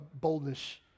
boldness